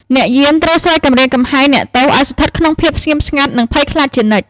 អ្នកយាមត្រូវស្រែកគំរាមកំហែងអ្នកទោសឱ្យស្ថិតក្នុងភាពស្ងៀមស្ងាត់ និងភ័យខ្លាចជានិច្ច។